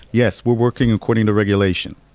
yes, we're working according to regulation.